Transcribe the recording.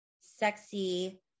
sexy